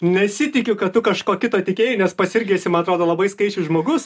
nesitikiu kad tu kažko kito tikėjai nes pats irgi esi man atrodo labai skaičių žmogus